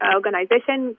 organization